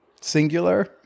Singular